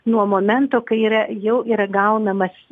nuo momento kai yra jau yra gaunamas